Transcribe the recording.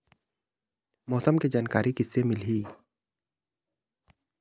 मौसम के जानकारी किसे मिलही?